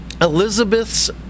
Elizabeth's